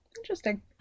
Interesting